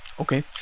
Okay